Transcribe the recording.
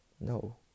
No